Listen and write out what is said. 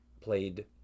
played